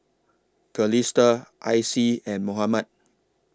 Calista Icie and Mohammad